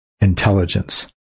intelligence